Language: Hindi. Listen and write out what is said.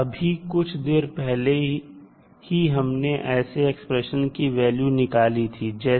अभी कुछ देर पहले ही हमने ऐसे एक्सप्रेशन की वैल्यू निकाली थी जैसे